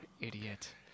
Idiot